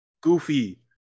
goofy